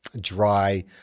dry